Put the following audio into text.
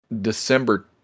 december